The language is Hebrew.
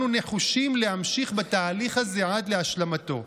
אנחנו נחושים להמשיך בתהליך הזה עד להשלמתו.